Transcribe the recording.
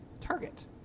Target